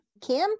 Kim